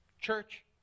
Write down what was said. Church